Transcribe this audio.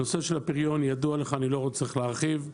הנושא של הפריון ידוע לך, אני לא צריך להרחיב.